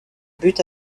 but